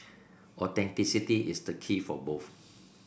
authenticity is the key for both